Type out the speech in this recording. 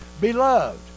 beloved